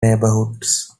neighbourhoods